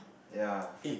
ya